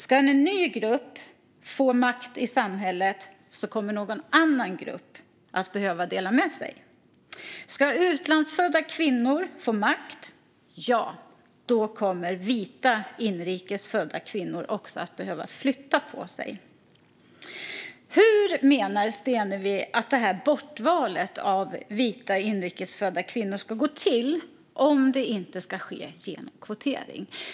Om en ny grupp ska få makt i samhället kommer någon annan grupp att behöva dela med sig. Om utlandsfödda kvinnor får makt kommer vita inrikes födda kvinnor också att behöva flytta på sig. Hur menar Stenevi att bortvalet av vita inrikes födda kvinnor ska gå till om det inte ska ske genom kvotering?